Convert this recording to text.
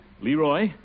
Leroy